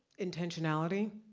intentionality.